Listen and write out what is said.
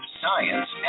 science